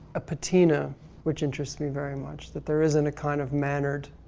a patina which interest me very much, that there isn't a kind of mannered,